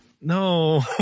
no